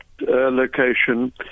location